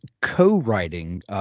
co-writing